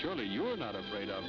surely you're not afraid of